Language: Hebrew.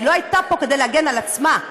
היא לא הייתה פה כדי להגן על עצמה,